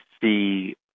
see